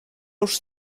już